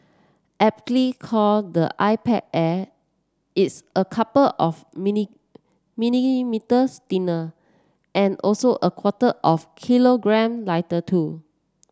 Aptly called the iPad Air it's a couple of mini millimetres thinner and also a quarter of kilogram lighter too